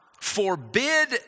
forbid